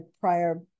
prior